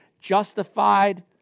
justified